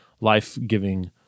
Life-giving